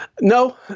No